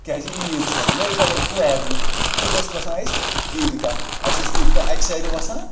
کیازِ عیٖد چھ نٔے پَلَو چھِ لاگٕنۍ تہٕ ٲسۍ وَسان أسۍ عیٖدگاہ أسۍ ٲسۍ عیٖدگاہ اکہِ سایِڈٕ وَسان